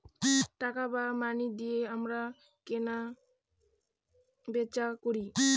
টাকা বা মানি দিয়ে আমরা কেনা বেচা করি